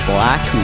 Black